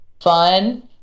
fun